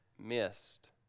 missed